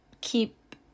keep